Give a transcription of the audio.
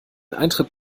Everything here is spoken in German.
eintritt